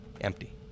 empty